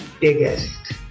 biggest